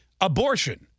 abortion